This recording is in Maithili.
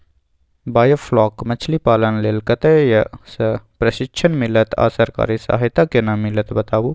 बायोफ्लॉक मछलीपालन लेल कतय स प्रशिक्षण मिलत आ सरकारी सहायता केना मिलत बताबू?